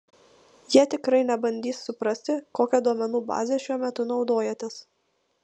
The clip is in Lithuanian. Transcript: jie tikrai nebandys suprasti kokia duomenų baze šiuo metu naudojatės